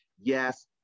yes